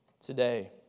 today